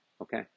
Okay